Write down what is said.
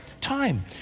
time